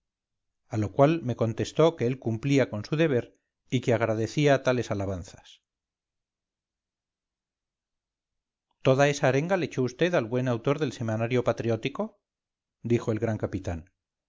a lo cual me contestó que él cumplía con su deber y que agradecía tales alabanzas toda esa arenga le echó vd al buen autor del semanario patriótico dijo el gran capitán